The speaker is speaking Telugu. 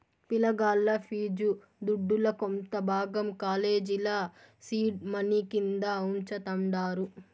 పిలగాల్ల ఫీజు దుడ్డుల కొంత భాగం కాలేజీల సీడ్ మనీ కింద వుంచతండారు